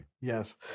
Yes